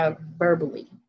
verbally